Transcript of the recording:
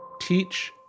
Teach